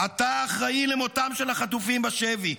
אתה האחראי למותם של החטופים בשבי,